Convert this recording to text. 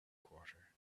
quarter